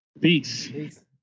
Peace